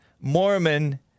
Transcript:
mormon